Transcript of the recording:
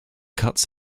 cuts